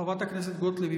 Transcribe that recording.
חברת הכנסת גוטליב,